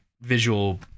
visual